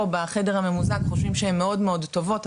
בחדר הממוזג חושבים שהן מאוד טובות.